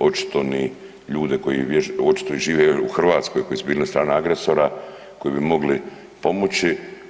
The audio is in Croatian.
očito ni ljude koji očito i žive u Hrvatskoj koji su bili na strani agresora koji bi mogli pomoći.